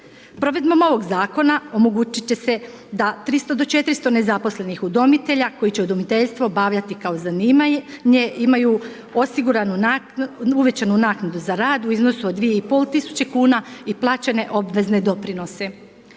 Provedbom ovog zakona omogućit će se da 300 do 400 nezaposlenih udomitelja koji će udomiteljstvo obavljati kao zanimanje imaju osiguranu, uvećanu naknadu za rad u iznosu od 2.500 kuna i plaćene obvezne doprinose.